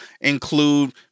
include